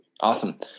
Awesome